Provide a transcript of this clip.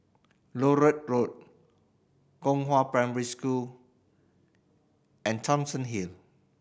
Larut Road Gongshang Primary School and Thomson Hill